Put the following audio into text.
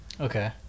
okay